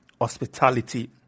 hospitality